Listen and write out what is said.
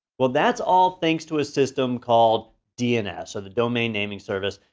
well that's all thanks to a system called dns. so the domain naming service.